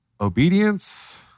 obedience